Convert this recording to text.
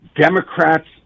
Democrats